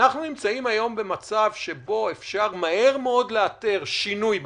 אנחנו נמצאים היום במצב שבו אפשר מהר מאוד לאתר שינוי במגמה,